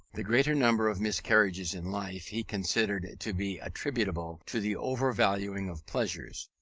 the greater number of miscarriages in life he considered to be attributable to the overvaluing of pleasures.